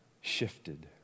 shifted